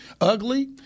ugly